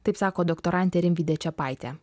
taip sako doktorantė rimvydė čepaitė